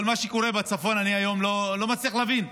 את מה שקורה בצפון אני לא מצליח להבין.